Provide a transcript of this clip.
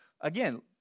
again